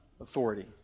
authority